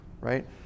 right